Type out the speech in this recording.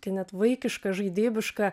kai net vaikiška žaidybiška